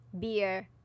beer